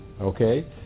okay